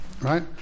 Right